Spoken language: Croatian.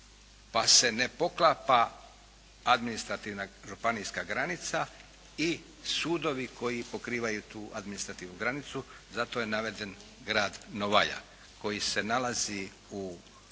pa se ne poklapa administrativna županijska granica i sudovi koji pokrivaju tu administrativnu granicu. Zato je naveden grad Novalja koji se nalazi u